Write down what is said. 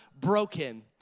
broken